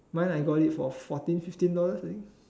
mine I got it for fourteen fifteen dollars I think